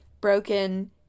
broken